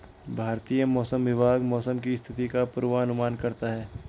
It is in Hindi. भारतीय मौसम विभाग मौसम की स्थिति का पूर्वानुमान करता है